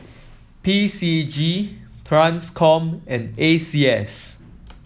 P C G Transcom and A C S